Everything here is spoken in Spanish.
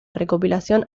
recopilación